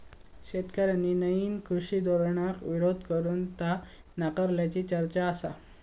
शेतकऱ्यांनी नईन कृषी धोरणाक विरोध करून ता नाकारल्याची चर्चा आसा